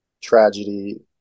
tragedy